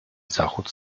zachód